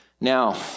Now